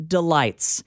Delights